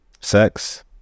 Sex